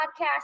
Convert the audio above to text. podcast